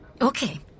Okay